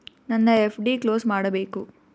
ನನ್ನ FD close ಮಾಡಬೇಕು